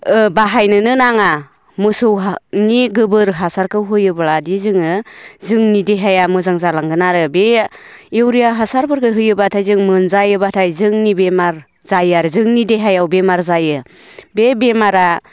बाहायनोनो नाङा मोसौनि गोबोर हासारखौ होयोब्लादि जोङो जोंनि देहाया मोजां जालांगोन आरो बे इउरिया हासारफोरखौ होयोबाथाय जों मोनजायोबाथाय जोंनि बेमार जायो आरो जोंनि देहायाव बेमार जायो बे बेमारा